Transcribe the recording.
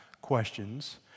questions